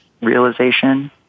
realization